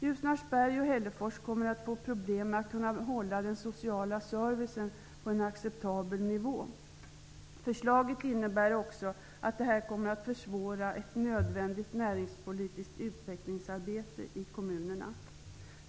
Ljusnarsberg och Hällefors kommer att få problem med att hålla den sociala servicen på en acceptabel nivå. Det nya systemet kommer också att försvåra ett nödvändigt näringspolitiskt utvecklingsarbete i kommunerna.